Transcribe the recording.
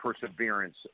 perseverance